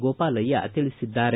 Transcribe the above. ಗೋಪಾಲಯ್ಯ ತಿಳಿಸಿದ್ದಾರೆ